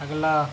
اگلا